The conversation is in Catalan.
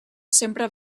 sempre